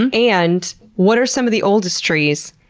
and and what are some of the oldest trees?